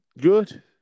Good